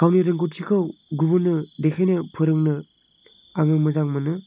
गावनि रोंगौथिखौ गुबुननो देखायनो फोरोंनो आङो मोजां मोनो